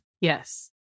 Yes